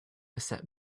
except